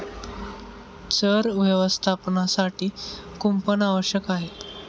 चर व्यवस्थापनासाठी कुंपण आवश्यक आहे